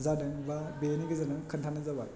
जादों बा बेनि गेजेरजों खोन्थानाय जाबाय